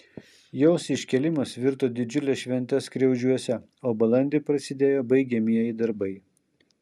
jos iškėlimas virto didžiule švente skriaudžiuose o balandį prasidėjo baigiamieji darbai